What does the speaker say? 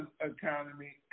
economy